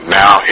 now